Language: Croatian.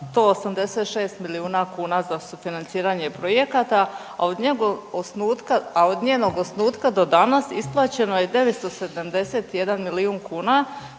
186 milijuna kuna za sufinaciranje projekata, a od njenog osnutka do danas isplaćeno je 971 milijun kuna